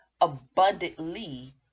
abundantly